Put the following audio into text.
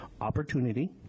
Opportunity